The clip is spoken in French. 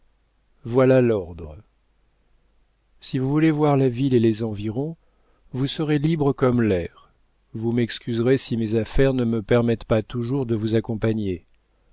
voilà l'ordre si vous voulez voir la ville ou les environs vous serez libre comme l'air vous m'excuserez si mes affaires ne me permettent pas toujours de vous accompagner